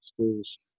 schools